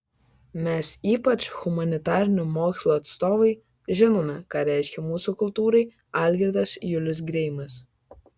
mes ypač humanitarinių mokslų atstovai žinome ką reiškia mūsų kultūrai algirdas julius greimas